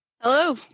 hello